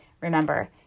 Remember